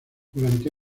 durante